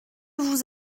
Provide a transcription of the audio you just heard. vous